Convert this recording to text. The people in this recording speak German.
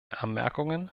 anmerkungen